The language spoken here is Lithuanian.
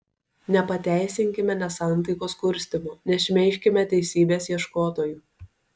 nepateisinkime nesantaikos kurstymo nešmeižkime teisybės ieškotojų